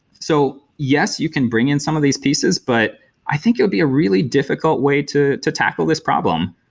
so, yes, you can bring in some of these pieces, but i think it would be a really difficult way to to tackle this problem.